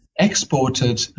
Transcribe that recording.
exported